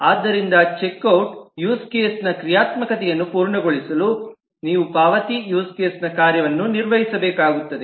ಆದ್ದರಿಂದ check out use ಕೇಸ್ನ ಕ್ರಿಯಾತ್ಮಕತೆಯನ್ನು ಪೂರ್ಣಗೊಳಿಸಲು ನೀವು ಪಾವತಿ ಯೂಸ್ ಕೇಸ್ನ ಕಾರ್ಯವನ್ನು ನಿರ್ವಹಿಸಬೇಕಾಗುತ್ತದೆ